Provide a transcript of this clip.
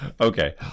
Okay